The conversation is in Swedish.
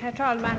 Herr talman!